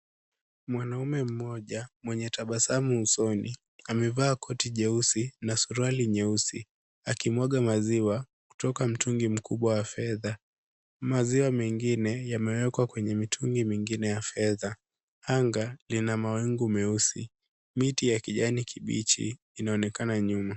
Mwanaume mmoja mwenye tabasamu usoni, amevaa koti jeusi na suruali nyeusi, akimwaga maziwa kutoka mtungi mkubwa wa fedha. Maziwa mengine yamewekwa kwenye mitungi mingine ya fedha. Anga lina mawingu meusi. Miti ya kijani kibichi inaonekana nyuma.